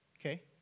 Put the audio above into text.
Okay